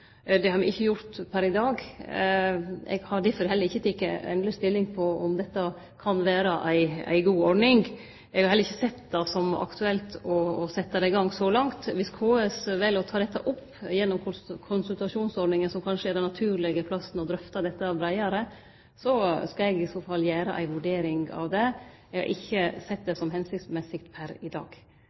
Det har me ikkje hatt per i dag. Eg har difor heller ikkje teke endelig stilling til om dette kan vere ei god ordning. Eg har heller ikkje sett det som aktuelt å setje det i gang, så langt. Viss KS vel å ta dette opp gjennom konsultasjonsordninga – som kanskje er den naturlege plassen å drøfte dette breiare på – skal eg i så fall gjere ei vurdering av det. Eg har ikkje sett det som føremålstenleg per i dag.